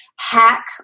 hack